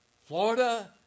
Florida